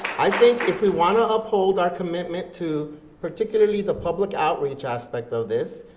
i think if we want to uphold our commitment to particularly the public outreach aspect of this,